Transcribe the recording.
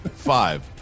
Five